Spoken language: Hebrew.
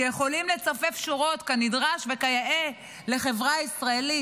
שיכולים לצופף שורות כנדרש וכיאה לחברה ישראלית,